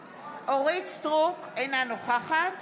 אורית מלכה סטרוק, אינה נוכחת